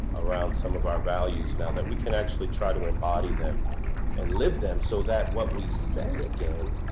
around some of our values now, that we can actually try to embody them and live them so that what we say, again,